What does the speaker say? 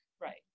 Right